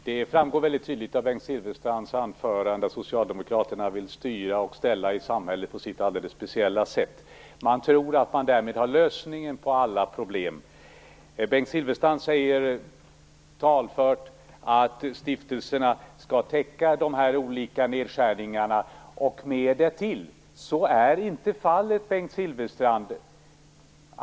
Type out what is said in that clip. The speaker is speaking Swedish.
Herr talman! Det framgår tydligt av Bengt Silfverstrands anförande att Socialdemokraterna vill styra och ställa i samhället på sitt alldeles speciella sätt. Man tror att man därmed har lösningen på alla problem. Bengt Silfverstrand säger talfört att stiftelserna skall täcka de olika nedskärningarna och mer därtill. Så är inte fallet, Bengt Silfverstrand!